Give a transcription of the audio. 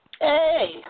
hey